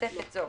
בתוספת זו